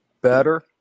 better